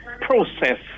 process